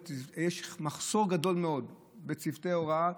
כי יש מחסור גדול בצוותי הוראה.